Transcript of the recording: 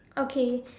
okay